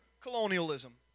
colonialism